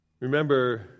Remember